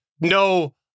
no